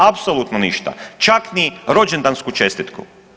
Apsolutno ništa čak ni rođendansku čestitku.